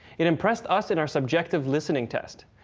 it impressed us in our subjective listening test.